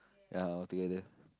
ya all together